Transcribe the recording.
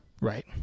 right